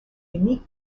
unique